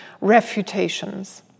refutations